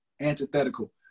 Antithetical